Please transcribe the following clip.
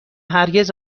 هرگز